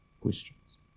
questions